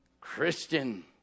Christian